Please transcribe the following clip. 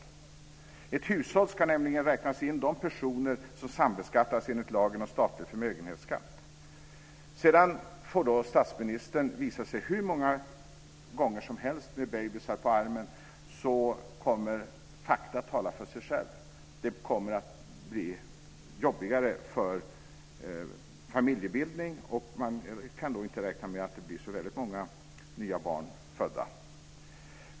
I ett hushåll ska nämligen räknas in de personer som sambeskattas enligt lagen om statlig förmögenhetsskatt. Sedan får statsministern visa sig hur många gånger som helst med babyar på armen: Fakta kommer att tala för sig själv. Det kommer att bli jobbigare för familjebildning, och man kan inte räkna med att det blir så väldigt många nya barn födda.